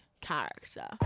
character